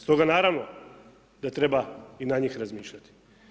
Stoga naravno, da treba i na njih razmišljati.